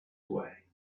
way